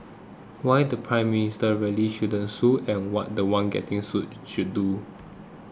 why the Prime Minister really shouldn't sue and what the one getting sued should do